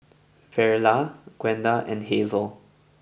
Verla Gwenda and Hazelle